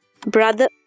brother